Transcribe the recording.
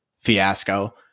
fiasco